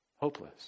Hopeless